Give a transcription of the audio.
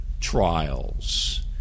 trials